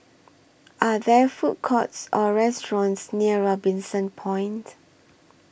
Are There Food Courts Or restaurants near Robinson Point